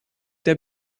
der